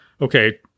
okay